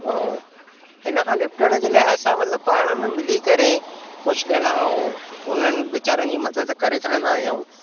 ऐं हिन खां निपटण जे लाइ असां मतिलबु पाण में मिली करे कुझु ॼणा उन्हनि वीचारनि जी मदद करे सघंदा आहियूं